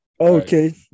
Okay